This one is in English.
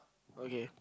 okay